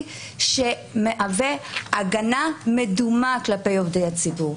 שמהווה הגנה מדומה כלפי עובדי הציבור.